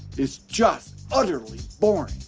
it's just utterly boring.